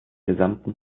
gesamten